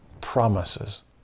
promises